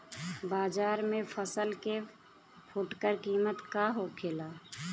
बाजार में फसल के फुटकर कीमत का होखेला?